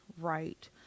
right